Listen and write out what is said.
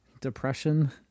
Depression